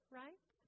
right